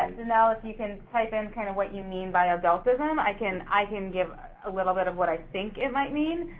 and janelle, if you can type in kind of what you mean by adultism, i can i can give a little bit of what i think it might mean.